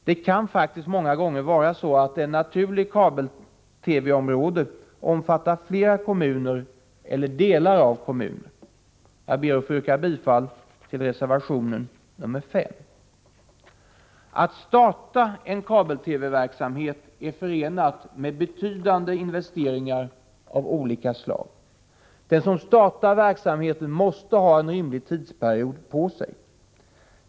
Det kan faktiskt många gånger vara så att ett naturligt kabel-TV-område omfattar flera kommuner eller delar av kommuner. Jag ber att få yrka bifall till reservation nr 5. Att starta en kabel-TV-verksamhet är förenat med betydande investeringar av olika slag. Den som startar verksamheten måste ha en rimlig tid på sig.